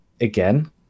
again